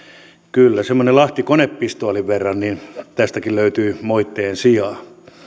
kyllä semmoisen lahti konepistoolin verran tästäkin löytyy moitteen sijaa